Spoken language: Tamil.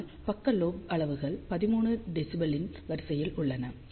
ஆனால் பக்க லோப் அளவுகள் 13 dB யின் வரிசையில் உள்ளன